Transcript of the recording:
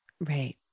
Right